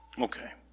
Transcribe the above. Okay